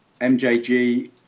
MJG